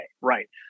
right